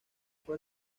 fue